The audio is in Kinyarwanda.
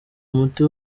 umuti